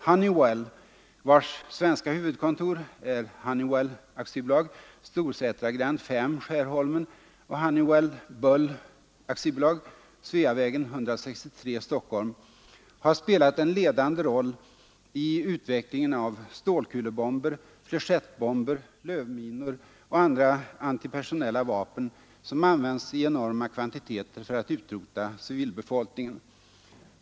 Honeywell, vars svenska huvudkontor är Honeywell AB, Storsätragränd 5, Skärholmen, och Honeywell Bull AB, Sveavägen 163, Stockholm, har spelat en ledande roll i utvecklingen av stålkulebomber, fléchettebomber, lövminor och andra antipersonella vapen som använts i enorma kvantiteter för att utrota civilbefolkningen.